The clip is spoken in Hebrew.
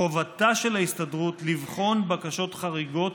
חובתה של ההסתדרות לבחון בקשות חריגות